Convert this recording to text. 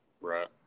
Right